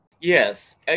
yes